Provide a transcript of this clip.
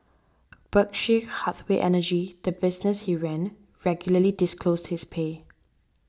Berkshire Hathaway Energy the business he ran regularly disclosed his pay